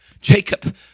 Jacob